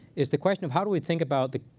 is the question of, how do we think about the